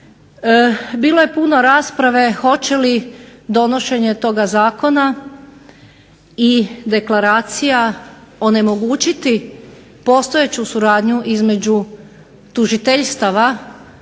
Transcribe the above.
Bilo je puno rasprave hoće li donošenje toga zakona i deklaracija onemogućiti postojeću suradnju između tužiteljstava